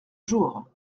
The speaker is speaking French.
jours